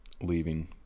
leaving